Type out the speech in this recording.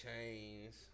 chains